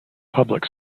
public